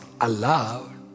allowed